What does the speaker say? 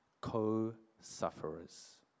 co-sufferers